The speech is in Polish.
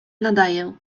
nadaję